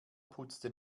putzte